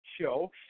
show